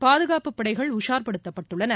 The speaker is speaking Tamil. பாதுகாப்பு படைகள் உஷார்ப்படுத்தப் பட்டுள்ளன